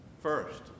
First